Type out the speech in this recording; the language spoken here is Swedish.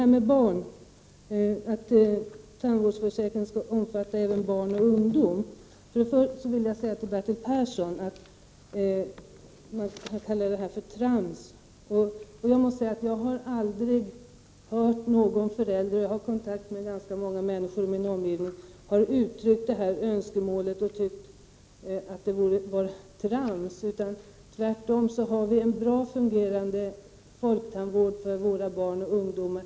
Bertil Persson sade om de nuvarande reglerna i fråga om tandvården för barn och ungdom och apropå att utskottet avstyrker förslaget om att tandförsäkringen skall omfatta även barn och ungdom, att detta var trams. Jag har aldrig, trots att jag har kontakt med ganska många människor i min omgivning, hört någon förälder uttrycka önskemål om att tandvårdsförsäkringen skall omfatta även barn och ungdomar. Inte heller har jag hört någon säga att nu gällande regler skulle vara trams. Tvärtom; vi har nu en bra fungerande folktandvård för våra barn och ungdomar.